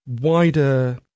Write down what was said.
wider